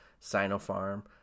Sinopharm